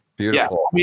beautiful